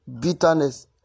bitterness